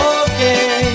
okay